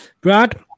Brad